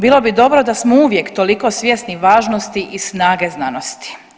Bilo bi dobro da smo uvijek toliko svjesni važnosti i snage znanosti.